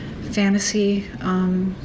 fantasy